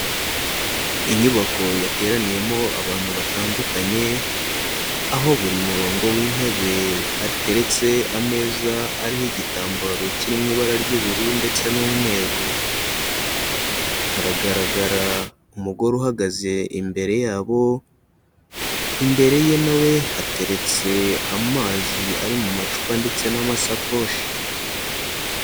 Inyubako yateraniyemo abantu batandukanye, aho buri murongo w'intebe hariteretse ameza ariho igitambaro kiri mu ibara ry'ubururu ndetse n'umweru, haragaragara umugore uhagaze imbere yabo, imbere ye nawe hateretse amazi ari mu macupa ndetse n'amasakoshi.